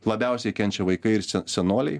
labiausiai kenčia vaikai ir senoliai